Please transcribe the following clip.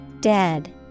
Dead